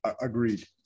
Agreed